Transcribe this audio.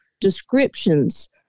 Descriptions